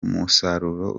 musaruro